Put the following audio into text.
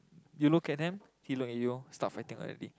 you look at them he look at you all start fighting already